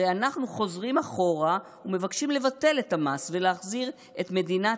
הרי שאנחנו חוזרים אחורה ומבקשים לבטל את המס ולהחזיר את מדינת